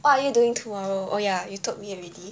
what are you doing tomorrow oh yeah you told me already